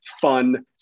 fun